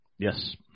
Yes